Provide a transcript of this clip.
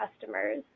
customers